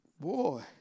Boy